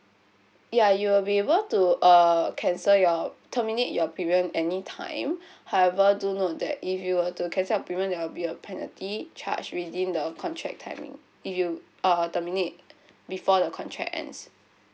ya you will be able to uh cancel your terminate your premium anytime however do note that if you were to cancel your premium there'll be a penalty charge within the contract timing if you uh terminate before the contract ends